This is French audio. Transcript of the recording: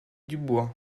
dubois